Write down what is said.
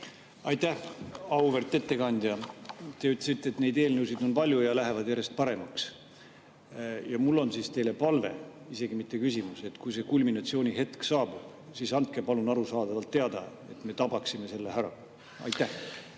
Aitäh! Auväärt ettekandja! Te ütlesite, et neid eelnõusid on palju ja need lähevad järjest paremaks. Mul on teile palve, isegi mitte küsimus, et kui see kulminatsiooni hetk saabub, siis andke palun arusaadavalt teada, et me tabaksime selle ära. Aitäh!